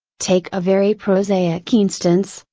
take a very prosaic instance,